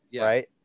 right